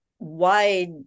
wide